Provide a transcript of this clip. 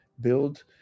build